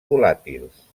volàtils